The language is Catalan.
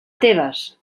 tebes